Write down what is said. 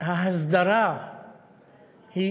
ההסדרה היא